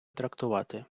трактувати